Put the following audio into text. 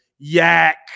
Yak